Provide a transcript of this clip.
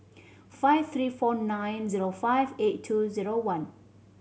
five three four nine zero five eight two zero one